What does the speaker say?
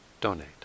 donate